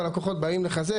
הלקוחות באים לחזק.